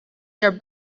der